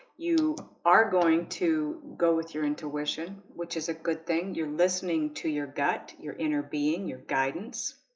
you are going to go with your intuition, which is a good thing. you're listening to your gut your inner being your guidance